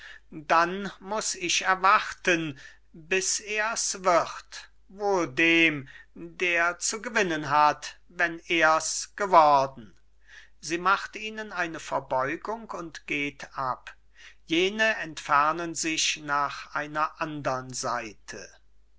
dann muß ich erwarten bis ers wird wohl dem der zu gewinnen hat wenn ers geworden sie macht ihnen eine verbeugung und geht ab jene entfernen sich nach einer andern seite